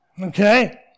okay